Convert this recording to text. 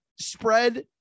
spread